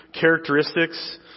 characteristics